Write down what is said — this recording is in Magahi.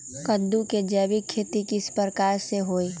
कददु के जैविक खेती किस प्रकार से होई?